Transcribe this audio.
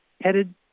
headed